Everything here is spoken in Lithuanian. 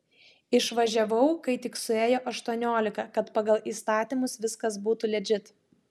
išvažiavau kai tik suėjo aštuoniolika kad pagal įstatymus viskas būtų ledžit